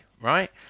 right